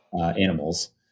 animals